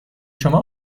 شما